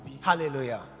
hallelujah